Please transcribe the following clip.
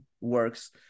works